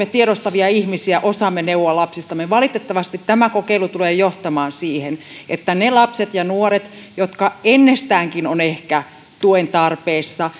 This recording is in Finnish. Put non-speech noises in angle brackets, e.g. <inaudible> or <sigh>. <unintelligible> tiedostavia ihmisiä osaamme neuvoa lapsiamme valitettavasti tämä kokeilu tulee johtamaan siihen että ne lapset ja nuoret jotka ennestäänkin ovat ehkä tuen tarpeessa <unintelligible>